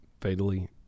fatally